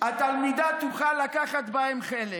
התלמידה תוכל לקחת בהם חלק.